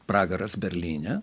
pragaras berlyne